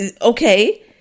Okay